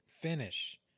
Finish